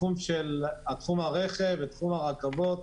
תחום הרכב והרכבות.